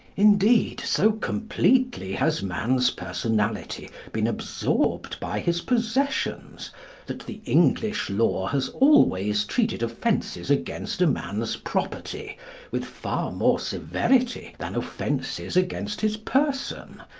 indeed, so completely has man's personality been absorbed by his possessions that the english law has always treated offences against a man's property with far more severity than offences against his person,